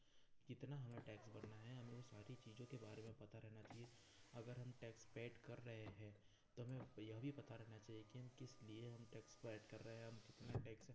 कितना हमें टैक्स भरना है हमें वह सारी चीज़ों के बारे में पता रेना चाहिए अगर हम टैक्स पैड कर रहे हैं तो हमें यह भी पता रहना चाहिए कि हम किसी लिए हम टैक्स पैड कर रहे हैं हम कितना टैक्स